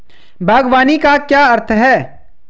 बागवानी का क्या अर्थ है?